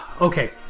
Okay